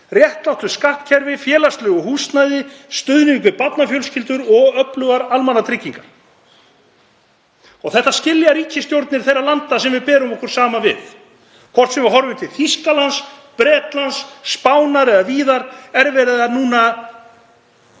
réttlátu skattkerfi, félagslegu húsnæði, stuðningi við barnafjölskyldur og öflugar almannatryggingar. Þetta skilja ríkisstjórnir þeirra landa sem við berum okkur saman við, hvort sem við horfum til Þýskalands, Bretlands, Spánar eða víðar. Þar er núna